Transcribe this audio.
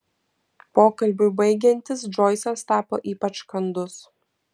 pokalbiui baigiantis džoisas tapo ypač kandus